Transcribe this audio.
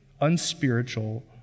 unspiritual